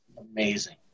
amazing